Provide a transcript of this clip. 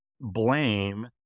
blame